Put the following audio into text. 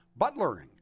butlering